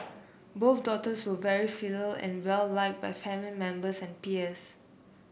both daughters were very filial and well like by family members and peers